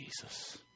Jesus